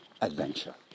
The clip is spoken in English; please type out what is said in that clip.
Adventure